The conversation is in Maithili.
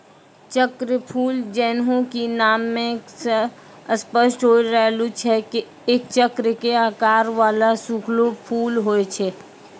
चक्रफूल जैन्हों कि नामै स स्पष्ट होय रहलो छै एक चक्र के आकार वाला सूखलो फूल होय छै